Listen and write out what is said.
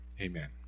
Amen